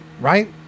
right